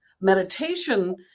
meditation